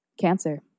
Cancer